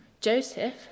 Joseph